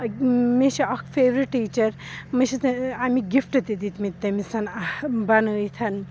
مےٚ چھِ اَکھ فیورِٹ ٹیٖچَر مےٚ چھِ اَمِکۍ گِفٹ تہِ دِتۍ مٕتۍ تٔمِسَن بَنٲیِتھ